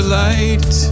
light